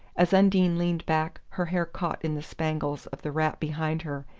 as undine leaned back her hair caught in the spangles of the wrap behind her,